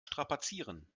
strapazieren